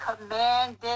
commanded